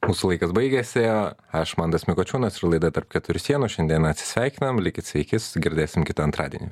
mūsų laikas baigėsi aš mantas mikočiūnas ir laida tarp keturių sienų šiandieną atsisveikinam likit sveiki susigirdėsim kitą antradienį